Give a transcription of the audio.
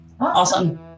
Awesome